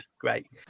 Great